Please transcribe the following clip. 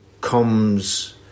comes